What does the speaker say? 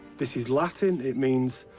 this is latin. it means,